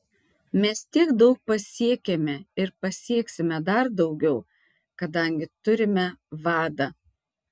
mes tiek daug pasiekėme ir pasieksime dar daugiau kadangi turime vadą